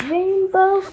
Rainbow